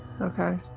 okay